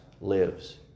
lives